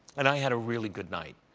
and i had a really good night.